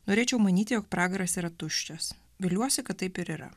norėčiau manyti jog pragaras yra tuščias viliuosi kad taip ir yra